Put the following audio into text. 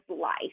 life